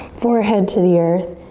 forehead to the earth.